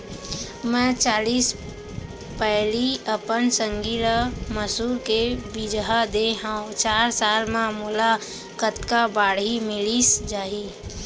मैं चालीस पैली अपन संगी ल मसूर के बीजहा दे हव चार साल म मोला कतका बाड़ही मिलिस जाही?